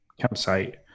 campsite